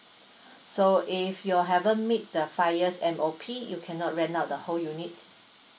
so if you haven't meet the five years M_O_P you cannot rent out the whole unit